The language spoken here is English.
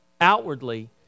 outwardly